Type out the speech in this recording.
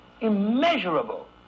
Immeasurable